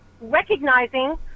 recognizing